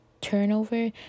turnover